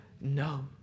no